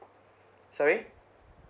sorry